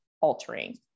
altering